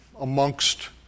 amongst